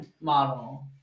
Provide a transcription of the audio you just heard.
model